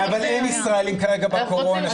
אין כרגע ישראלים בקורונה.